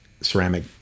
ceramic